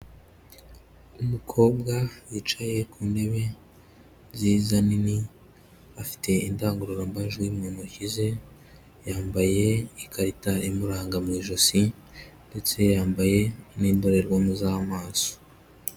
Umukobwa wicaye ku ntebe nziza nini, afite indangururambajwi mu ntoki ze, yambaye ikarita imuranga mu ijosi ndetse yambaye n'indorerwamo z'amaso.